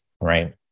Right